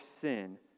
sin